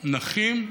נכים,